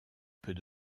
peut